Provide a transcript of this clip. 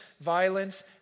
violence